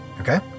Okay